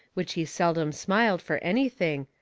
which he seldom smiled fur anything,